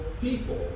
people